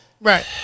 Right